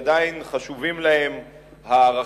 עדיין חשובים להם הערכים,